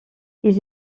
ils